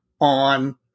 on